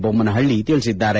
ಬೊಮ್ಲನಹಳ್ಳಿ ತಿಳಿಸಿದ್ದಾರೆ